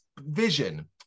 vision